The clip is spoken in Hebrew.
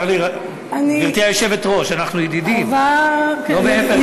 גברתי היושבת-ראש, אנחנו ידידים, לא מעבר לזה.